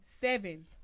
Seven